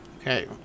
Okay